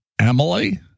Emily